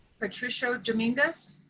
patricio dominguez,